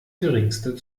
geringste